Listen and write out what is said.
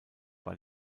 war